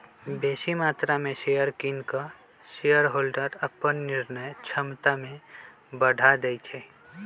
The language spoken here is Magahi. बेशी मत्रा में शेयर किन कऽ शेरहोल्डर अप्पन निर्णय क्षमता में बढ़ा देइ छै